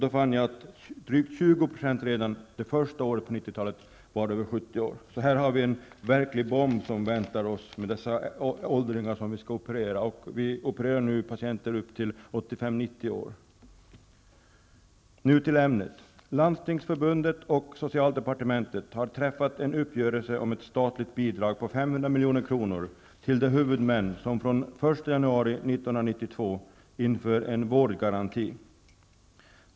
Jag fann att drygt 20 % redan det första året på 90-talet var över 70 år. Här har vi verkligen en bomb som väntar oss med dessa åldringar som vi skall operera. Vi opererar nu patienter upp till 85--90 års ålder. Landstingsförbundet och socialdepartementet har träffat en uppgörelse om ett statligt bidrag på 500 1992 inför en vårdgaranti.